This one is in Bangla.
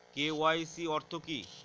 কে.ওয়াই.সি অর্থ কি?